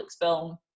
film